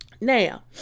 Now